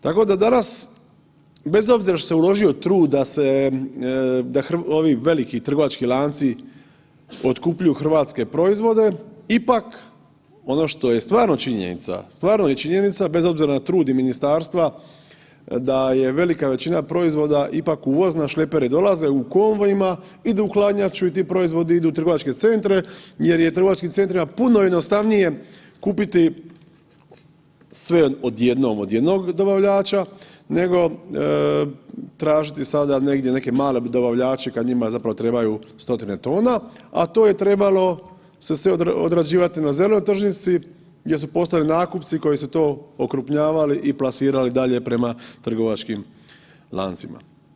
Tako da danas bez obzira što se uložio trud da se, da ovi veliki trgovački lanci otkupljuju hrvatske proizvode ipak, ono što je stvarno činjenica, stvarno je činjenica bez obzira na trud i ministarstva, da je velika većina proizvoda ipak uvozna, šleperi dolaze u konvojima, idu u hladnjaču i ti proizvodi idu u trgovačke centre jer je u trgovačkim centrima puno jednostavnije kupiti sve odjednom od jednog dobavljača nego tražiti sada negdje neke male dobavljače kad njima zapravo trebaju stotine tona, a to je trebalo se sve odrađivati na zelenoj tržnici gdje su postojali nakupci koji su to okrupnjavali i plasirali dalje prema trgovačkim lancima.